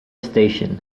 station